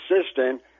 assistant